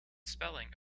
spelling